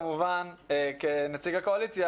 כמובן כנציג הקואליציה,